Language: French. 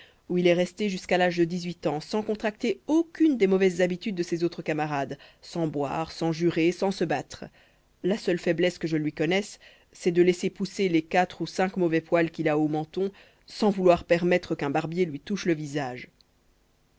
où il est resté jusqu'à l'âge de dix-huit ans sans contracter aucune des mauvaises habitudes de ses autres camarades sans boire sans jurer sans se battre la seule faiblesse que je lui connaisse c'est de laisser pousser les quatre ou cinq mauvais poils qu'il a au menton sans vouloir permettre qu'un barbier lui touche le visage